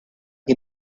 que